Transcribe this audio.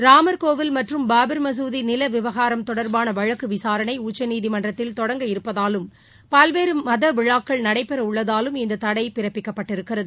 ராம்கோவில் மற்றும் பாபர் மசூதி நில விவகாரம் தொடர்பான வழக்கு விசாரணை உச்சநீதிமன்றத்தில் தொடங்கவிருப்பதாலும் பல்வேறு மத விழாக்கள் நடைபெற உள்ளதாலும் இந்த தடை பிறப்பிக்கப்பட்டிருக்கிறது